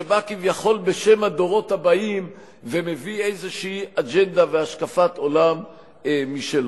שבא כביכול בשם הדורות הבאים ומביא איזושהי אג'נדה והשקפת עולם משלו.